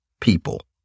people